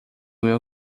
meu